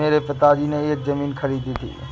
मेरे पिताजी ने एक जमीन खरीदी थी